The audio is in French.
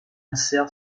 nasr